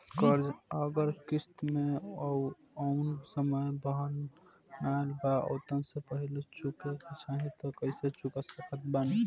कर्जा अगर किश्त मे जऊन समय बनहाएल बा ओतना से पहिले चुकावे के चाहीं त कइसे चुका सकत बानी?